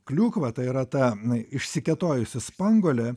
kliūva tai yra ta išsikėtojusi spanguolė